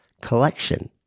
collection